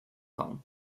kong